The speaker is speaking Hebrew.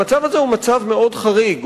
המצב הזה הוא מצב מאוד חריג,